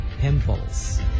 pimples